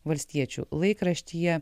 valstiečių laikraštyje